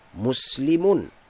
muslimun